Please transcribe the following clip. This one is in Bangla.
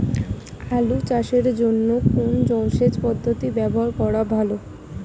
আলু চাষের জন্য কোন জলসেচ পদ্ধতি ব্যবহার করা ভালো?